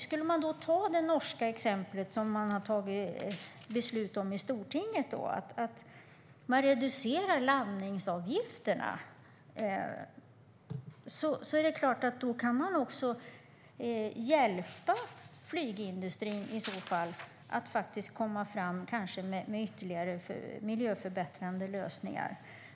Skulle vi följa det norska exemplet och reducera landningsavgifterna, som man har fattat beslut om i stortinget, skulle vi också kunna hjälpa flygindustrin att ta fram ytterligare miljöförbättrande lösningar.